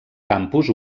campus